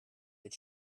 that